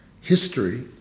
History